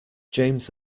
james